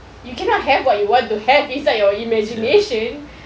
you cannot have what you want to have inside your imagination